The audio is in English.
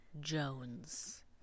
jones